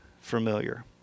familiar